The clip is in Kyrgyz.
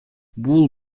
бул